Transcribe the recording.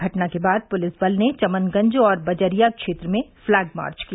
घटना के बाद पुलिस बल ने चमनगंज और बजरिया क्षेत्र में फ्लैगमार्च किया